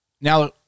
Now